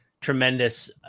tremendous